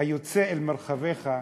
היוצא אל מרחביך,